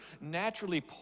naturally